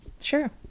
Sure